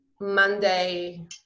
Monday